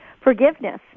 forgiveness